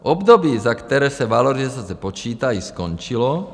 Období, za které se valorizace počítají, skončilo.